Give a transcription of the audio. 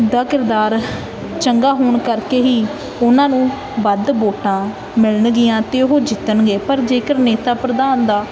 ਦਾ ਕਿਰਦਾਰ ਚੰਗਾ ਹੋਣ ਕਰਕੇ ਹੀ ਉਹਨਾਂ ਨੂੰ ਵੱਧ ਵੋਟਾਂ ਮਿਲਣਗੀਆਂ ਅਤੇ ਉਹ ਜਿੱਤਣਗੇ ਪਰ ਜੇਕਰ ਨੇਤਾ ਪ੍ਰਧਾਨ ਦਾ